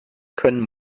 können